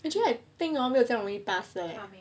actually I think hor 没有这样容易 pass 的 eh